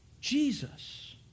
Jesus